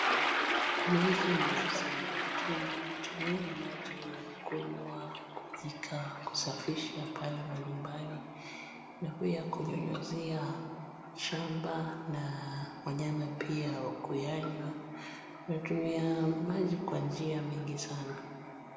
Maji ni uzima. Tunatumia maji kunywa, kupika, kusafisha pale manyumbani na pia kunyunyuzia shamba na wanyama pia kuyanywa. Tunatumia maji kwa niia mingi sana.